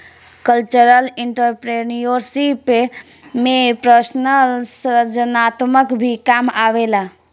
cultural entrepreneurship में personal सृजनात्मकता भी काम आवेला